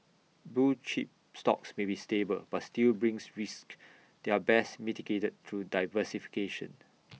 blue chip stocks may be stable but still brings risks they are best mitigated through diversification